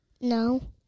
No